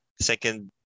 second